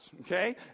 Okay